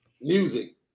music